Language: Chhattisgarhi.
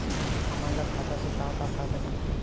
हमन ला खाता से का का फ़ायदा मिलही?